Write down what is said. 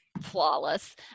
flawless